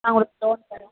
நான் உங்களுக்கு லோன் தரேன்